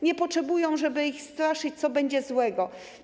Nie potrzebują, żeby ich straszyć, co będzie złego.